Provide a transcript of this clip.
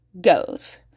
goes